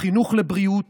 חינוך לבריאות